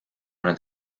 nad